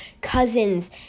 Cousins